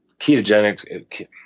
ketogenic